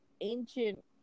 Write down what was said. ancient